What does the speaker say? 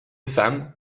femmes